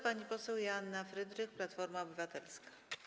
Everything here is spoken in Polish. Pani poseł Joanna Frydrych, Platforma Obywatelska.